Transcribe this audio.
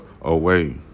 away